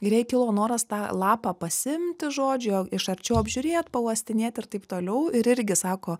ir jai kilo noras tą lapą pasiimti žodžiu iš arčiau apžiūrėt pauostinėt ir taip toliau ir irgi sako